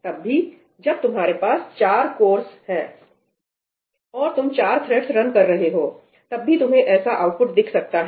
तब भी जब तुम्हारे पास 4 कोरस हैंऔर तुम चार थ्रेडस रन कर रहे हो तब भी तुम्हें ऐसा आउटपुट दिख सकता है